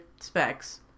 specs